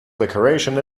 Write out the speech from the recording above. decoration